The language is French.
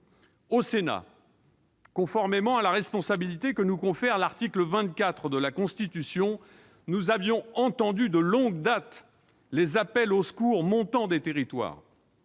Au Sénat, conformément à la responsabilité que nous confère l'article 24 de la Constitution, nous avions entendu de longue date les appels au secours montant des territoires.